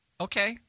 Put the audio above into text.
Okay